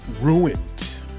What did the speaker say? ruined